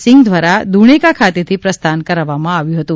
સિંઘ દ્વારા દુણેકા ખાતેથી પ્રસ્થાન કરાવવામાં આવ્યું હતું